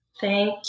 Thank